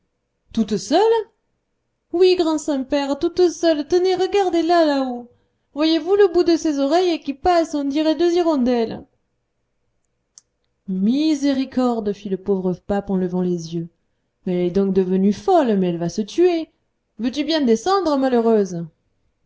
toute seule oui grand saint-père toute seule tenez regardez-la là-haut voyez-vous le bout de ses oreilles qui passe on dirait deux hirondelles miséricorde fit le pauvre pape en levant les yeux mais elle est donc devenue folle mais elle va se tuer veux-tu bien descendre malheureuse